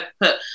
put